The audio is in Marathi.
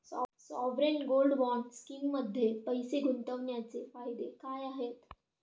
सॉवरेन गोल्ड बॉण्ड स्कीममध्ये पैसे गुंतवण्याचे फायदे काय आहेत?